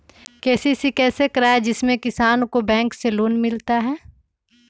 KCC कैसे कराये जिसमे किसान को बैंक से लोन मिलता है?